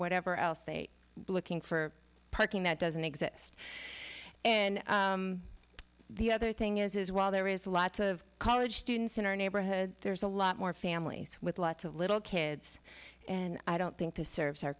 whatever else they are looking for parking that doesn't exist and the other thing is while there is lots of college students in our neighborhood there's a lot more families with lots of little kids and i don't think this serves our